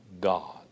God